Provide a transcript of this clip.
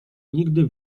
nigdy